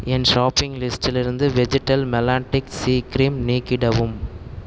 என் shopping லிஸ்டிலிருந்து வெஜிடல் மெலான்ட்டிஸ் சி க்ரீம் நீக்கிடவும்